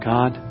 God